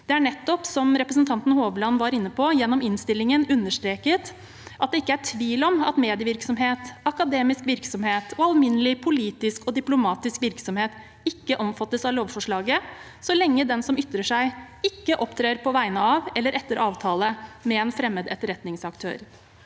straffeforfulgt. Som representanten Hovland var inne på, er det nettopp gjennom innstillingen understreket at det ikke er tvil om at medievirksomhet, akademisk virksomhet og alminnelig politisk og diplomatisk virksomhet ikke omfattes av lovforslaget, så lenge den som ytrer seg, ikke opptrer på vegne av eller etter avtale med en fremmed etterretningsaktør.